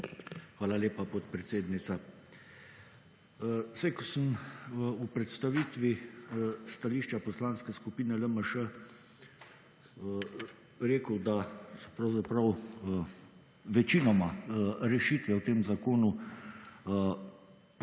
Hvala lepa, podpredsednica. Saj, ko sem v predstavitvi stališča Poslanske skupine LMŠ rekel, da pravzaprav večinoma rešitve v tem zakonu